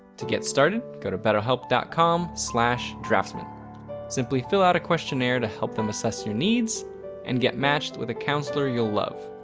to get started, go to betterhelp com so draftsman. simply fill out a questionnaire to help them assess your needs and get matched with a counselor you'll love.